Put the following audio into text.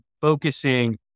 focusing